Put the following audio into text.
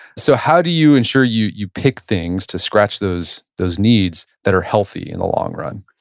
so how do you ensure you you pick things to scratch those those needs that are healthy in the long run?